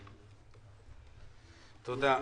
תודה.